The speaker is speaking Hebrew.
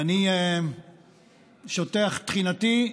ואני שוטח תחינתי,